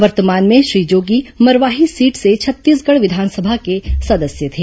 वर्तमान में श्री जोगी मरवाही सीट से छत्तीसगढ़ विधानसभा के सदस्य थे